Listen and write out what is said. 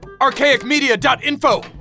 archaicmedia.info